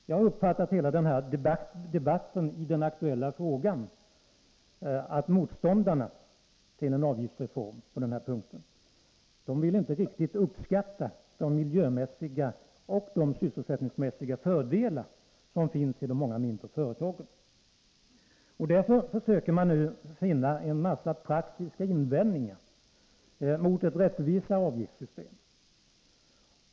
Jag har uppfattat hela den här debatten i den aktuella frågan så att motståndarna till en avgiftsreform i det här avseendet inte riktigt vill uppskatta de miljömässiga och sysselsättningsmässiga fördelar som finns i de många mindre företagen. Därför försöker man nu finna en mängd praktiska invändningar mot ett rättvisare avgiftssystem.